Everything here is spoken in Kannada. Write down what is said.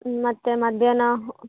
ಮತ್ತೆ ಮಧ್ಯಾಹ್ನ